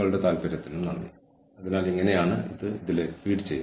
കൂടാതെ നിങ്ങൾ ഇത് മെഷ് ചെയ്യുക അല്ലെങ്കിൽ നിങ്ങൾ ഇത് ബിസിനസ്സ് സവിശേഷതകളിലേക്ക് ചേർക്കുക